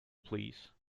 please